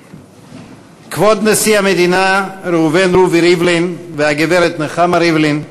כבוד נשיא המדינה ראובן רובי ריבלין והגברת נחמה ריבלין,